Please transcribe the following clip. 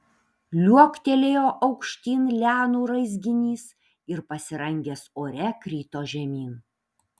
liuoktelėjo aukštyn lianų raizginys ir pasirangęs ore krito žemyn